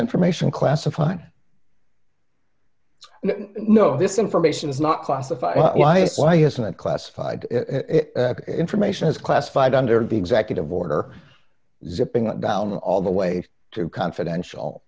information classified no this information is not classified why is why isn't it classified information is classified under the executive order zipping up down all the way to confidential